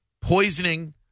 poisoning